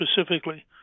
specifically